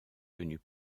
venue